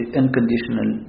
unconditional